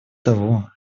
того